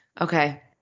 Okay